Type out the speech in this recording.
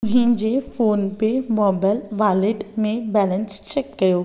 मुंहिंजे फ़ोन पे मोबाइल वॉलेटु में बैलेंसु चैक कयो